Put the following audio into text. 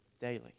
daily